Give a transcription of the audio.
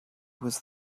was